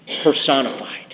personified